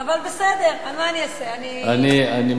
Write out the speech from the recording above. אבל בסדר, מה אני אעשה, אני, זה תמיד.